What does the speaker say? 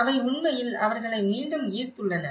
அவை உண்மையில் அவர்களை மீண்டும் ஈர்த்துள்ளன